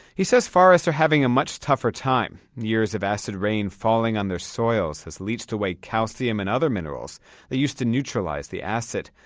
he says forests are having a much tougher time. years of acid rain falling on their soils has leached away calcium and other minerals that used to neutralize the acid.